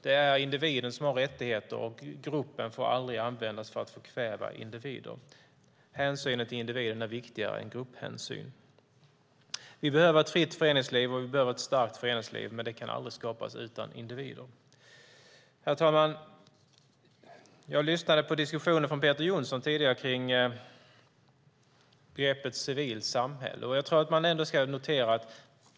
Det är individen som har rättigheter, och gruppen får aldrig användas för att förkväva individen. Hänsyn till individen är viktigare än grupphänsyn. Vi behöver ha ett fritt föreningsliv och ett starkt föreningsliv, men det kan aldrig skapas utan individer. Herr talman! Jag lyssnade på diskussionen från Peter Jonsson tidigare om begreppet civilt samhälle.